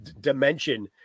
dimension